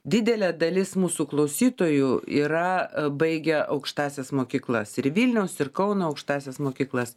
didelė dalis mūsų klausytojų yra baigę aukštąsias mokyklas ir vilniaus ir kauno aukštąsias mokyklas